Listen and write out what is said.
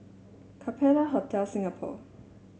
Capella Hotel Singapore